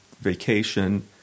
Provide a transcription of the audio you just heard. vacation